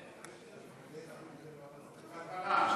כלכלה.